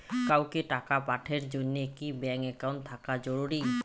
কাউকে টাকা পাঠের জন্যে কি ব্যাংক একাউন্ট থাকা জরুরি?